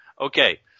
Okay